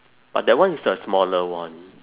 but that one is a smaller one